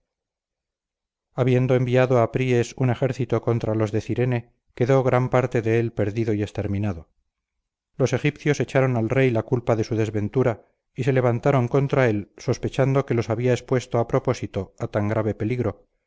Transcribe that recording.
habiendo enviado apríes un ejército contra los de cirene quedó gran parte de él perdido y exterminado los egipcios echaron al rey la culpa de su desventura y se levantaron contra él sospechando que los había expuesto a propósito a tan grave peligro